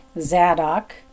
zadok